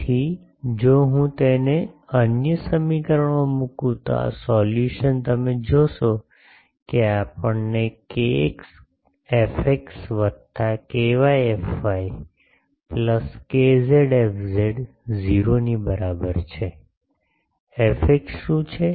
તેથી જો હું તેને અન્ય સમીકરણમાં મૂકું તો આ સોલ્યુશન તમે જોશો કે આપણને kx fx વત્તા ky fy plus kz fz 0 ની બરાબર છે fx શું છે